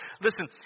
Listen